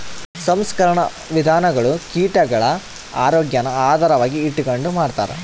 ಸಂಸ್ಕರಣಾ ವಿಧಾನಗುಳು ಕೀಟಗುಳ ಆರೋಗ್ಯಾನ ಆಧಾರವಾಗಿ ಇಟಗಂಡು ಮಾಡ್ತಾರ